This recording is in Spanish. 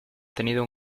tenido